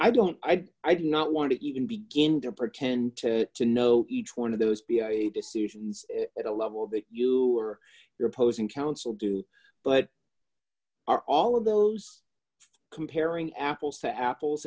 i don't i i do not want to even begin to pretend to know each one of those d d decisions at a level that you or your opposing counsel do but are all of those comparing apples to apples